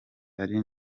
ari